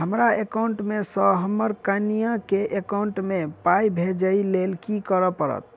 हमरा एकाउंट मे सऽ हम्मर कनिया केँ एकाउंट मै पाई भेजइ लेल की करऽ पड़त?